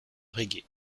reggae